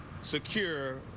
secure